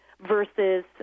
versus